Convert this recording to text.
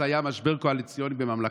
אז היה משבר קואליציוני בממלכתו.